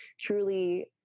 truly